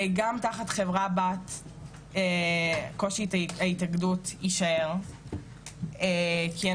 גם תחת חברה בת קושי ההתאגדות יישאר מהסיבה שהן